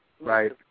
Right